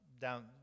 down